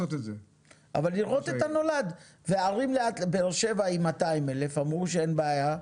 אבל לראות את הנולד ובאר שבע עם 200,000 אמרו שאין בעיה,